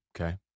Okay